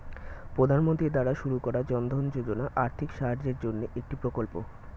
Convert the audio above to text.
প্রধানমন্ত্রী দ্বারা শুরু করা জনধন যোজনা আর্থিক সাহায্যের জন্যে একটি প্রকল্প